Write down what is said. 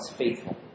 faithful